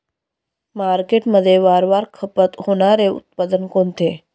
मार्केटमध्ये वारंवार खपत होणारे उत्पादन कोणते?